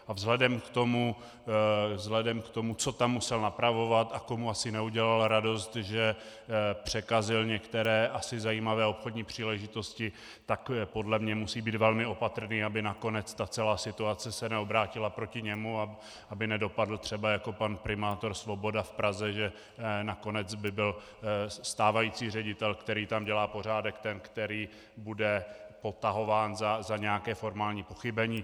A vzhledem k tomu, co tam musel napravovat a komu asi neudělal radost, že překazil některé asi zajímavé obchodní příležitosti, tak podle mě musí být velmi opatrný, aby nakonec ta celá situace se neobrátila proti němu a aby nedopadl třeba jako pan primátor Svoboda v Praze, že nakonec by byl stávající ředitel, který tam dělá pořádek, ten, který bude potahován za nějaké formální pochybení.